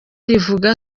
rivuga